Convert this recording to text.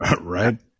Right